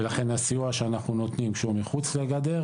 ולכן הסיוע שאנחנו נותנים שהוא מחוץ לגדר,